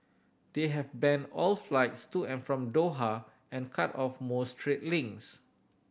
they have banned all flights to and from Doha and cut off most trade links